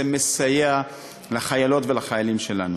זה מסייע לחיילות ולחיילים שלנו.